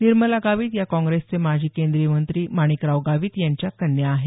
निर्मला गावित या काँग्रेसचे माजी केंद्रीय मंत्री माणिकराव गावित यांच्या कन्या आहेत